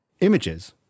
images